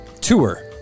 tour